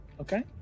Okay